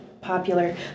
popular